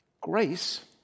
Grace